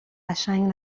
قشنگ